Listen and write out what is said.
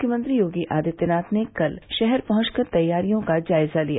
मुख्यमंत्री योगी आदित्यनाथ ने कल शहर पहुंचकर तैयारियों का जायजा लिया